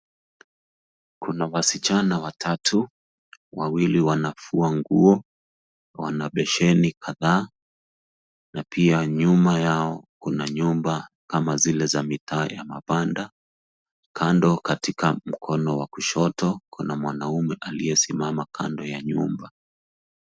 Kuna wasichana watatu, wawili wanafua nguo. Wana besheni kadhaa na pia nyuma yao kuna nyumba kama zile za mitaa ya mabanda. Kando katika mkono wa kushoto kuna mwanaume aliyesimama kando ya nyumba.